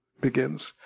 begins